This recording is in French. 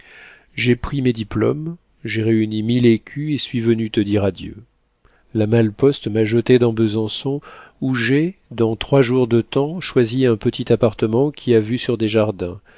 j'ai pris mes diplômes j'ai réuni mille écus et suis venu te dire adieu la malle-poste m'a jeté dans besançon où j'ai dans trois jours de temps choisi un petit appartement qui a vue sur des jardins